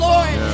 Lord